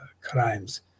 crimes